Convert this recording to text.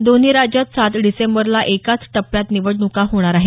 दोन्ही राज्यात सात डिसेंबरला एकाच टप्प्यात निवडणुका होणार आहेत